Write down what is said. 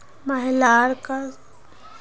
महिलार कॉस्मेटिक्स बॉक्सत रबरेर भरमार हो छेक